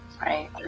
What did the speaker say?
Right